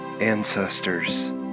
ancestors